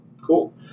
Cool